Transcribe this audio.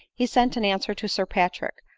he sent an answer to sir patrick,